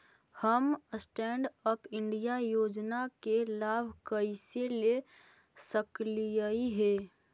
हम stand up India योजना के लाभ कइसे ले सकलिअई हे